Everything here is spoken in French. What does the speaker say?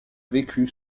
vécu